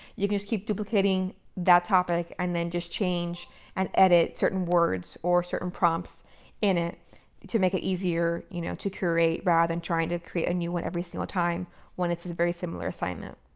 you can just keep duplicating that topic and then just change and edit certain words or certain prompts in it to make it easier you know to create rather than trying to create a new one every single time when it's a very similar assignment.